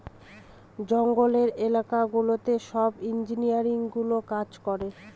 জঙ্গলের এলাকা গুলোতে সব ইঞ্জিনিয়ারগুলো কাজ করে